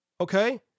okay